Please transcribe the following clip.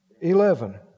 eleven